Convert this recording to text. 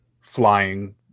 flying